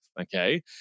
okay